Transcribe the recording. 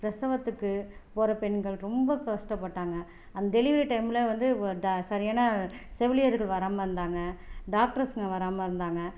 பிரசவத்துக்கு போகிற பெண்கள் ரொம்ப கஷ்டப்பட்டாங்க டெலிவரி டைமில் வந்து சரியான செவிலியர்கள் வராமல் இருந்தாங்க டாக்டரஸ்ங்க வராமல் இருந்தாங்க